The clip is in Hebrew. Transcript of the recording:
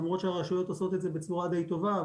למרות שהרשויות עושות את זה בצורה די טובה,